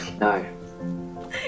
No